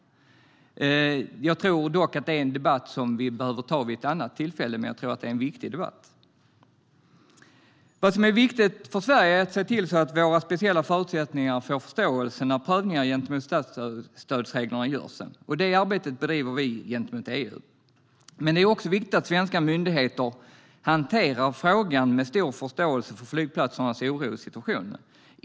Jag tror dock att det är en debatt som vi behöver ta vid ett annat tillfälle, men jag tror att det är en viktig debatt. Vad som är viktigt för Sverige är att vi ser till att våra speciella förutsättningar får förståelse när prövningar gentemot statsstödsreglerna görs. Det arbetet bedriver vi gentemot EU. Men det är också viktigt att svenska myndigheter hanterar frågan med stor förståelse för flygplatsernas oro och situation.